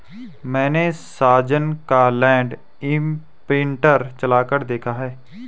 मैने साजन का land imprinter चलाकर देखा है